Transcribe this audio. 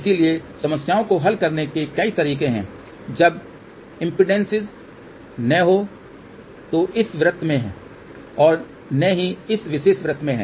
इसलिए समस्याओं को हल करने के कई तरीके हैं जब इम्पीडेन्ससिस न तो इस वृत्त में हैं और न ही इस विशेष वृत्त में हैं